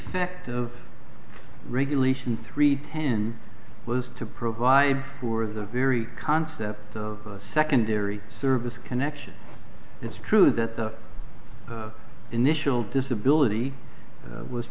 fect of regulation three ten was to provide for the very concept of secondary service connection it's true that the initial disability was